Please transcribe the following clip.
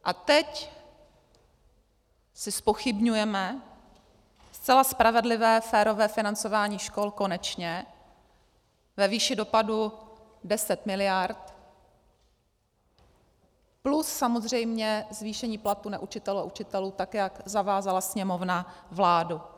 A teď zpochybňujeme zcela spravedlivé, férové financování škol konečně ve výši dopadu 10 mld. plus samozřejmě zvýšení platů učitelů a neučitelů, tak jak zavázala Sněmovna vládu.